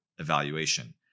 evaluation